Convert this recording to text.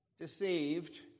deceived